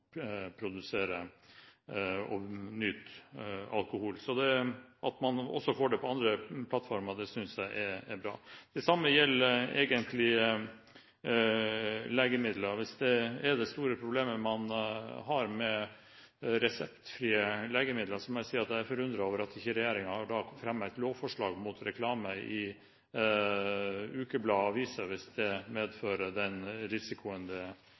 og nyter alkohol. At man også får det på andre plattformer, synes jeg er bra. Det samme gjelder egentlig legemidler. Hvis man har store problemer med reseptfrie legemidler, må jeg si at jeg er forundret over at regjeringen ikke har fremmet et lovforslag mot reklame i ukeblader og aviser, hvis det medfører den risikoen det her er